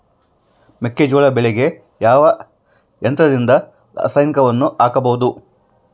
ಮೆಕ್ಕೆಜೋಳ ಬೆಳೆಗೆ ಯಾವ ಯಂತ್ರದಿಂದ ರಾಸಾಯನಿಕಗಳನ್ನು ಹಾಕಬಹುದು?